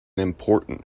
important